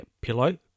pillow